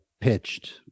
pitched